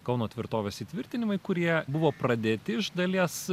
kauno tvirtovės įtvirtinimai kurie buvo pradėti iš dalies